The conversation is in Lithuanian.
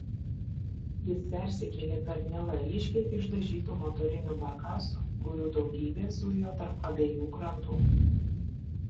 jis persikėlė per nilą ryškiai išdažytu motoriniu barkasu kurių daugybė zujo tarp abiejų krantų